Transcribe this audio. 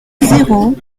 zéro